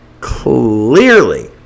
clearly